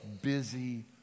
busy